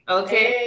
okay